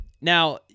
Now